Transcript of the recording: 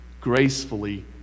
gracefully